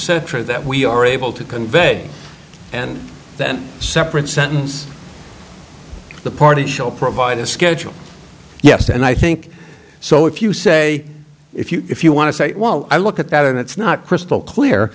etc that we are able to convey and then separate sentence the party shall provide a schedule yes and i think so if you say if you if you want to say well i look at that and it's not crystal clear